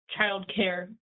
childcare